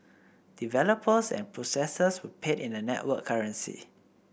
developers and processors were paid in the network currency